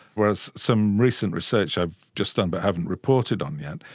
whereas some recent research i've just done but haven't reported on yet,